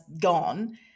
gone